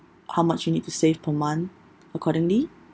how much you need to save per month accordingly